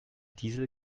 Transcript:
diesel